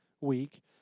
week